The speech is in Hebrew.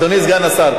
אדוני סגן השר,